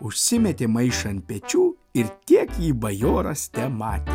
užsimetė maišą ant pečių ir tiek jį bajoras tematė